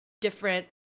different